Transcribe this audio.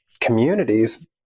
communities